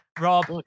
Rob